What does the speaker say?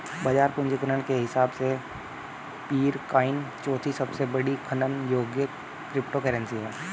बाजार पूंजीकरण के हिसाब से पीरकॉइन चौथी सबसे बड़ी खनन योग्य क्रिप्टोकरेंसी है